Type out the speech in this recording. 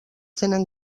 tenen